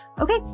Okay